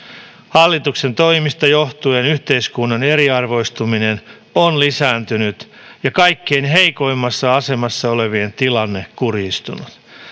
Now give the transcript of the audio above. hallituksen toimista johtuen yhteiskunnan eriarvoistuminen on lisääntynyt ja kaikkein heikoimmassa asemassa olevien tilanne kurjistunut